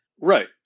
Right